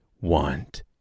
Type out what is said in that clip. want